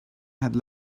had